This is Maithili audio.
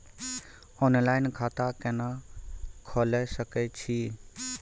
ऑनलाइन खाता केना खोले सकै छी?